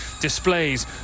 displays